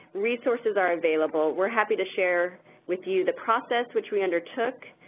resources are available. we're happy to share with you the process which we undertook.